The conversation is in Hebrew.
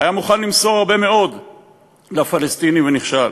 היה מוכן למסור הרבה מאוד לפלסטינים, ונכשל.